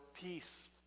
peace